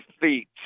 feet